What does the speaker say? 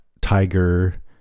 tiger